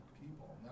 people